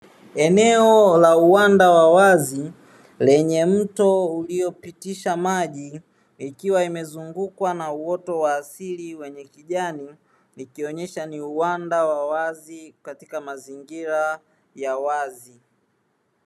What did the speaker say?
Eneo la uwanda wa wazi lenye mto uliopitisha maji, ikiwa imezungukwa na uoto wa asili wenye kijani ikionyesha ni uwanda wa wazi katika mazingira ya wazi.